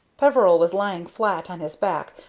peveril was lying flat on his back,